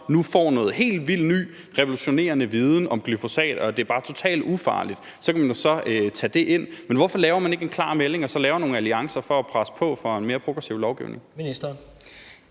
så får en helt vildt ny, revolutionerende viden om glyfosat – at det bare er totalt ufarligt – kan man jo så tage det ind. Men hvorfor kommer man ikke med en klar melding og laver nogle alliancer for at presse på for en mere progressiv lovgivning?